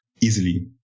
easily